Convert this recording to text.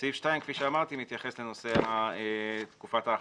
סעיף 2, כפי שאמרתי, מתייחס לתקופת ההכרזה.